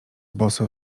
boso